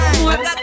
more